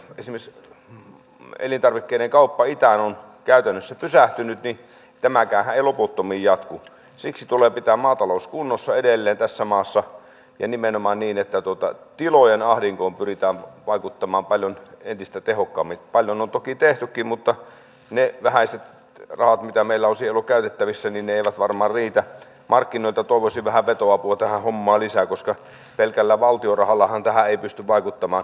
kysymys on elintarvikkeiden kauppa itään on käytännössä pysähtynyt ei tämäkään ei loputtomiin ja siksi tule pitää maatalous kunnossa edelleen tässä maassa ja nimenomaan niin että tuottaa tilojen ahdinkoon pyritään vaikuttamaan paljon entistä tehokkaammin kadonnut toki tehtykin mutta ne vähäiset rahat mitä meillä on sielu käytettävissä niin eivät varmaan viittä markkinoita tulisi vähävetoapua tähän malisen koska pelkällä valtion rahallahan tähän ei pysty vaikuttamaan